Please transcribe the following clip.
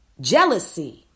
jealousy